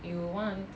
you want